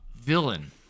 Villain